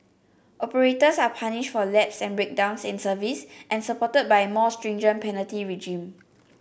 operators are punished for lapse and breakdowns in service and supported by a more stringent penalty regime